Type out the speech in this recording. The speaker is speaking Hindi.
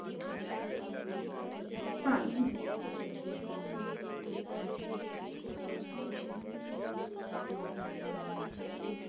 ठीक है मैडम उसमें किराया भी मेंशन करना है ना कि मैं इतना इतने साल तक के लिए है और इसमें इतना पैसा जो है मैं इनको दूंगी दुकान का